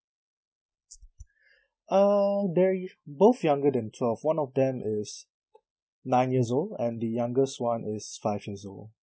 uh they're both younger than twelve one of them is nine years old and the youngest one is five years old